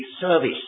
service